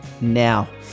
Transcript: Now